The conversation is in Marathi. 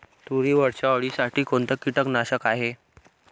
तुरीवरच्या अळीसाठी कोनतं कीटकनाशक हाये?